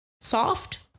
Soft